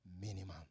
minimum